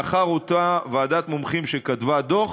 לאחר הפעילות של אותה ועדת מומחים שכתבה דוח,